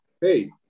hey